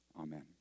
Amen